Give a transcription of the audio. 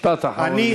משפט אחרון.